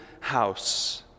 house